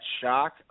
shock